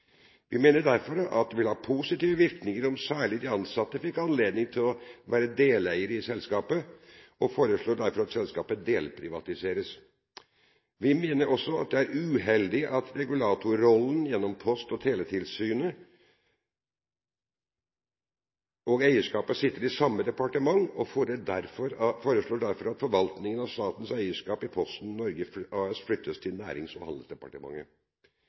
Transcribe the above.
Vi mener derfor at det vil ha positive virkninger om særlig de ansatte fikk anledning til å være deleiere i selskapet, og foreslår derfor at selskapet delprivatiseres. Vi mener også det er uheldig at regulatorrollen gjennom Post- og teletilsynet og eierskapet sitter i samme departement og foreslår derfor at forvaltningen av statens eierskap i Posten Norge AS flyttes til Nærings- og handelsdepartementet.